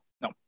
No